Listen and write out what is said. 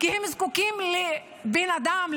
כי הם זקוקים לבן אדם,